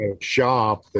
shop